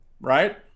right